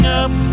up